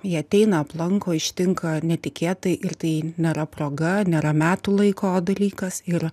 ji ateina aplanko ištinka netikėtai ir tai nėra proga nėra metų laiko dalykas ir